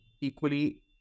equally